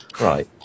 Right